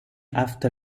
after